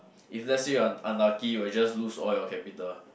if let's say you are un~ unlucky you will just lose all your capital ah